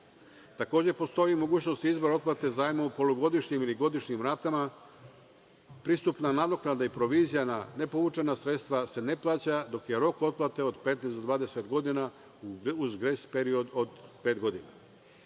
tranši. Takođe postoji mogućnost izbora otplate zajma u polugodišnjim ili godišnjim ratama, pristupna nadoknada i provizija na ne povučena sredstva se ne plaća, dok je rok otplate od 15 do 20 godina, uz grejs period od 5 godina. Važno